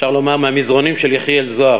אפשר לומר "מהמזרנים של יחיאל זוהר",